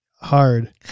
Hard